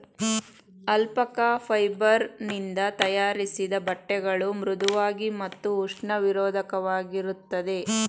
alpaca fibre ನಿಂದ ತಯಾರಿಸಿದ ಬಟ್ಟೆಗಳು ಮೃಧುವಾಗಿ ಮತ್ತು ಉಷ್ಣ ನಿರೋಧಕವಾಗಿರುತ್ತದೆ